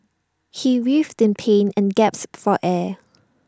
he writhed in pain and gasped for air